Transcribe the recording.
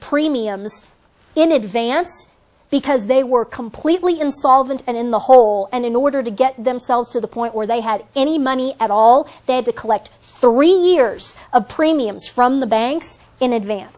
premiums in advance because they were completely insolvent and in the hole and in order to get themselves to the point where they had any money at all they had to collect three years of premiums from the banks in advance